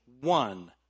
one